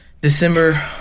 December –